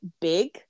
big